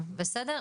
כן.